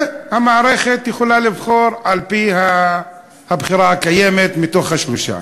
והמערכת יכולה לבחור על-פי הבחירה הקיימת מתוך השלושה,